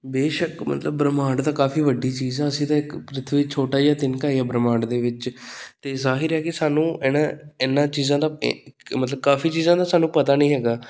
ਬੇਸ਼ੱਕ ਮਤਲਬ ਬ੍ਰਹਮਾਂਡ ਤਾਂ ਕਾਫੀ ਵੱਡੀ ਚੀਜ਼ ਆ ਅਸੀਂ ਤਾਂ ਇੱਕ ਪ੍ਰਿਥਵੀ ਛੋਟਾ ਜਿਹਾ ਤਿਨਕਾ ਏ ਬ੍ਰਹਮਾਂਡ ਦੇ ਵਿੱਚ ਅਤੇ ਜ਼ਾਹਿਰ ਹੈ ਕਿ ਸਾਨੂੰ ਇਹਨਾਂ ਇਹਨਾਂ ਚੀਜ਼ਾਂ ਦਾ ਇੱਕ ਮਤਲਬ ਕਾਫੀ ਚੀਜ਼ਾਂ ਦਾ ਸਾਨੂੰ ਪਤਾ ਨਹੀਂ ਹੈਗਾ